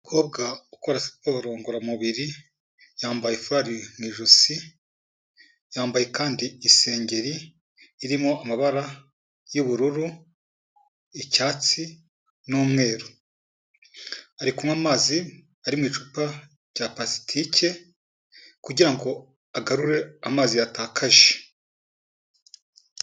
Umukobwa ukora siporo ngororamubiri, yambaye furari mu ijosi, yambaye kandi isengeri irimo amabara y'ubururu, icyatsi n'umweru. Ari kunywa amazi ari mu icupa rya pulasitike kugira ngo agarure amazi yatakaje.